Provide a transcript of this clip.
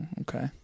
Okay